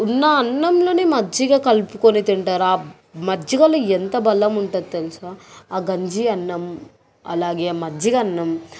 ఉన్న అన్నంలోని మజ్జిగ కలుపుకొని తింటారు ఆ మజ్జిగలో ఎంత బలం ఉంటుంది తెలుసా ఆ గంజి అన్నం అలాగే మజ్జిగన్నం